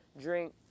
drink